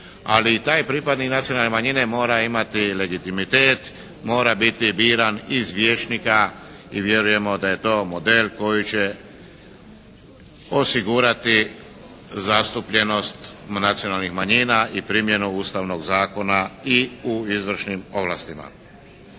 Ali i taj pripadnik nacionalne manjine mora imati legitimitet, mora biti biram iz vijećnika i vjerujemo da je to model koji će osigurati zastupljenost nacionalnih manjina i primjenu Ustavnog zakona i u izvršnim ovlastima.